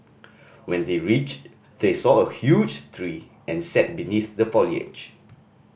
when they reached they saw a huge tree and sat beneath the foliage